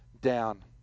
down